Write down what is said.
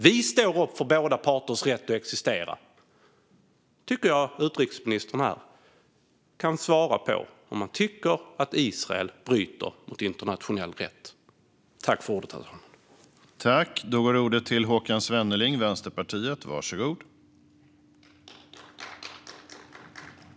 Vi står upp för båda parters rätt att existera, och jag tycker att utrikesministern kan svara på om han tycker att Israel bryter mot internationell rätt.